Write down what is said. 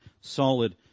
solid